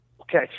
Okay